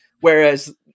Whereas